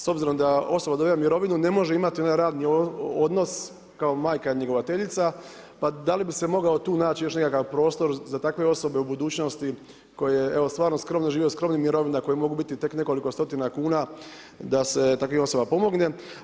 S obzirom da osoba dobiva mirovina ne može imati onaj radni odnos kao majka njegovateljica pa da li bi se tu mogao tu naći još nekakav prostor za takve osobe u budućnosti koje stvarno skromno žive od skromnih mirovina koje mogu biti tek nekoliko stotina kuna da se takvim osobama pomogne.